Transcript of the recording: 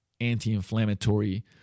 anti-inflammatory